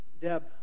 Deb